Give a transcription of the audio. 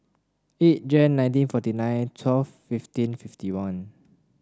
eight Jan nineteen forty nine twelve fifteen fifty one